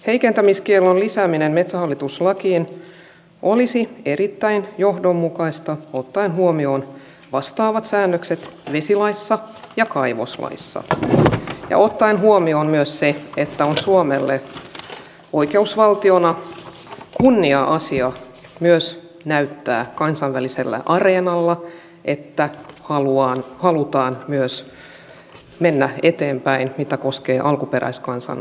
heikentämiskiellon lisääminen metsähallitus lakiin olisi erittäin johdonmukaista ottaen huomioon vastaavat säännökset vesilaissa ja kaivoslaissa ja ottaen huomioon myös sen että on suomelle oikeusvaltiona kunnia asia näyttää kansainvälisellä areenalla että halutaan myös mennä eteenpäin mitä tulee alkuperäiskansan oikeuksiin